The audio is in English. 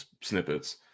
snippets